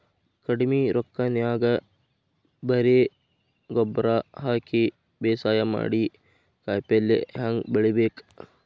ಕಡಿಮಿ ರೊಕ್ಕನ್ಯಾಗ ಬರೇ ಗೊಬ್ಬರ ಹಾಕಿ ಬೇಸಾಯ ಮಾಡಿ, ಕಾಯಿಪಲ್ಯ ಹ್ಯಾಂಗ್ ಬೆಳಿಬೇಕ್?